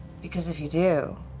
because if you do.